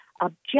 object